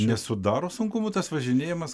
nesudaro sunkumų tas važinėjimas